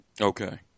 Okay